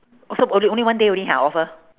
oh so only only one day only ha offer